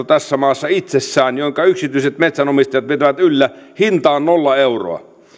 tässä maassa valtava suojeluverkosto jonka yksityiset metsänomistajat pitävät yllä hintaan nolla euroa